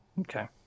Okay